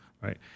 right